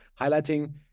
highlighting